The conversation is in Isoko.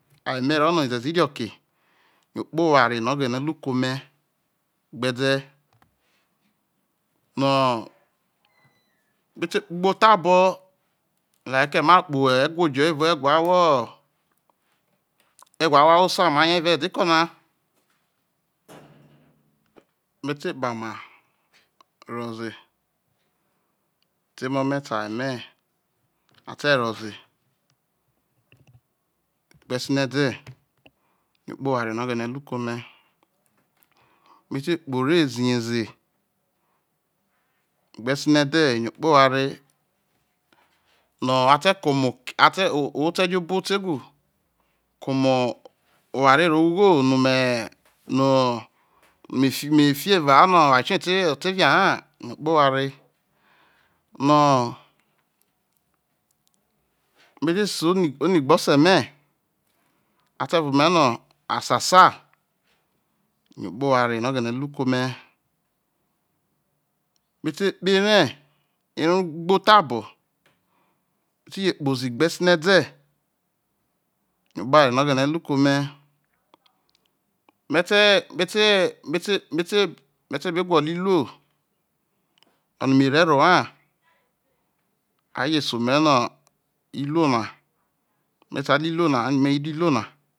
ame ro no oweze ze irioke yo okpo oware no oghene cu ke ome gbede no me te kpo ugbo tha bo no epano ma kpo egwo jo evao egwo ahwo awosa no ma nya evao edede ko na me te kpama ro ze te emo me te aye a te ro zi gbesinede yo okpo oware no oghene olu ke ome me te kpo ore ziyeze gbesinede yo okpo oware a te ko ome oke owho te jo obo otegu ko omo oware ro ugho no me no me fi mifio eva ho no oware otiye te viaha yo okpi oware no me te se oni gbe ose me ate voio ome no asasa yo okpo oware no oghene o lu ke ome me te kpo ere ere igbo thabo me ti je kpozi gbesinese yo okpo oware no oghene lu ke ome me me tu me te be gwolo iluo oni me re ero ha a je so ome no me ta lu iluo na a no me yo lu iluo na